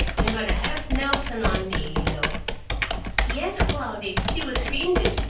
and got a half nelson on me, you know yes, cloudy, he was fiendish,